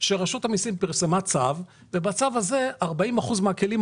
שרשות המסים פרסמה צו ובצו הזה 40% מהכלים,